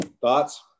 Thoughts